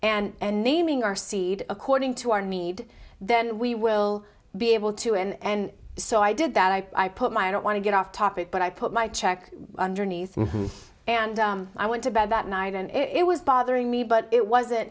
and naming our seed according to our need then we will be able to and so i did that i put my i don't want to get off topic but i put my check underneath and i went to bed that night and it was bothering me but it wasn't